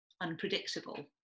unpredictable